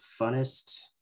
funnest